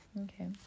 okay